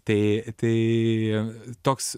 tai tai toks